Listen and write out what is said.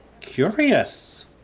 Curious